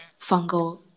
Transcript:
fungal